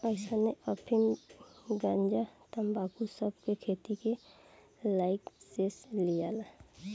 अइसने अफीम, गंजा, तंबाकू सब के खेती के लाइसेंस लियाला